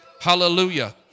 Hallelujah